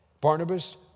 Barnabas